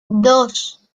dos